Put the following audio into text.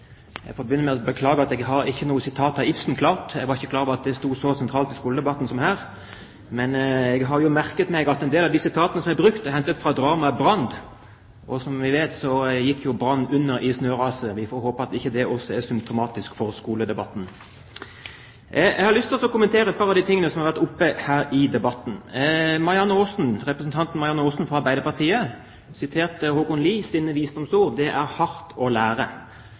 Jeg får begynne med å beklage at jeg ikke har noe sitat av Ibsen klart. Jeg var ikke klar over at det sto så sentralt i denne skoledebatten. Men jeg har merket meg at en del av de sitatene som er brukt, er hentet fra dramaet Brand, og som vi vet, døde Brand under snøraset. Vi får håpe at det ikke er symptomatisk for skoledebatten. Jeg har lyst til å kommentere et par av de tingene som har vært opp her i debatten. Representanten Marianne Aasen fra Arbeiderpartiet siterte Haakon Lies visdomsord om at det er hardt å lære.